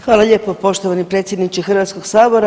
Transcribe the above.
Hvala lijepo poštovani predsjedniče Hrvatskog sabora.